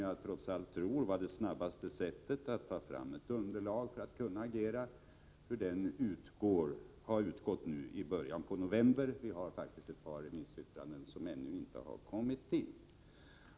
Jag tror trots allt att detta är det snabbaste sättet att ta fram ett underlag för att kunna agera, men det är faktiskt så att ett par remissyttranden ännu inte har kommit in.